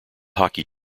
hockey